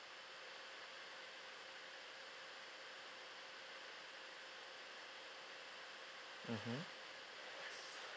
mmhmm